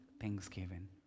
thanksgiving